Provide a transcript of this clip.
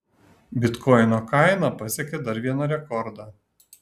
bitkoino kaina pasiekė dar vieną rekordą